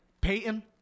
Peyton